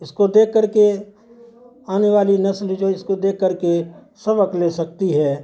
اس کو دیکھ کر کے آنے والی نسل جو اس کو دیکھ کر کے سبق لے سکتی ہے